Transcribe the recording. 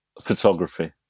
Photography